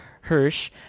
Hirsch